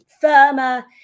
firmer